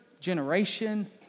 generation